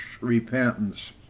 repentance